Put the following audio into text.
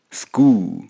school